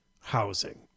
housing